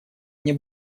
мне